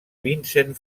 vincent